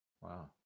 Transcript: Wow